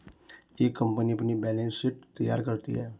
हर company अपनी balance sheet तैयार करती है